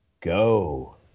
go